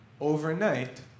overnight